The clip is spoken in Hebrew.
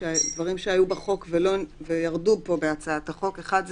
שהיו בחוק וירדו בהצעת החוק הזו: אחד,